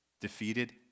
Defeated